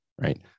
right